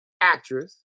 actress